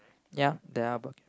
ya there are bucket